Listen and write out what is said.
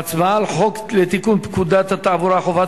על הצעת חוק לתיקון פקודת התעבורה (חובת